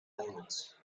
violence